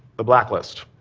the black list.